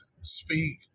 speak